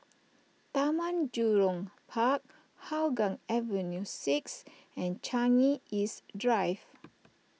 Taman Jurong Park Hougang Avenue six and Changi East Drive